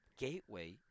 gateway